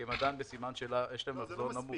כי הם עדיין בסימן שאלה, יש להם מחזור נמוך.